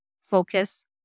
focus